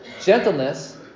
Gentleness